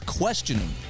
questioning